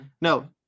No